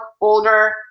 older